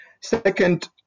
Second